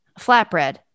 flatbread